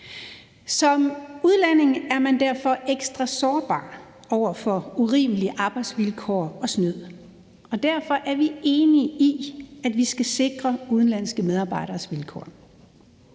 Som udlænding er man derfor ekstra sårbar over for urimelige arbejdsvilkår og snyd, og derfor er vi enige i, at vi skal sikre udenlandske medarbejderes vilkår.